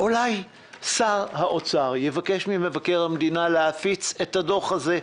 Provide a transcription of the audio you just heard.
-- אולי שר האוצר יבקש ממבקר המדינה להפיץ את הדוח הזה,